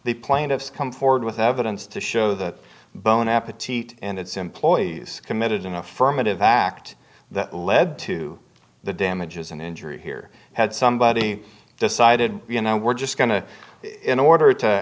the plaintiffs come forward with evidence to show that bone appetit and its employees committed an affirmative act that led to the damages and injury here had somebody decided you know we're just going to in order to